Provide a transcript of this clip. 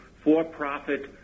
for-profit